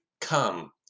come